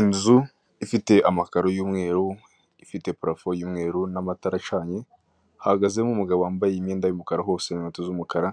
Inzu ifite amakaro y'umweru ifite purafo y'umweru n'amatara acanye, hahagazemo umugabo wambaye imyenda y'umukara hose n'inkweto z'umukra,